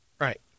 Right